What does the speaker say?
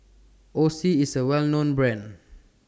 Oxy IS A Well known Brand